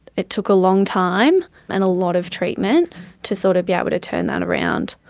it took a long time and a lot of treatment to sort of be able to turn that around.